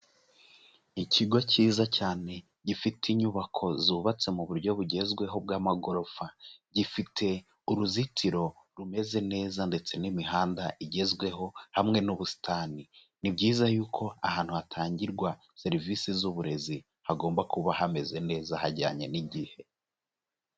Ikigo cyiza cyane gifite inyubako zubatse mu buryo bugezweho bw'amagorofa, gifite uruzitiro rumeze neza ndetse n'imihanda igezweho hamwe n'ubusitani. Ni byiza yuko ahantu hatangirwa serivisi z'uburezi hagomba kuba hameze neza hajyanye n'igihe.